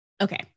okay